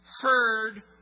heard